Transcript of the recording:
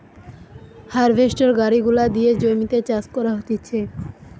harvester গাড়ি গুলা দিয়ে জমিতে চাষ করা হতিছে